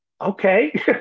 okay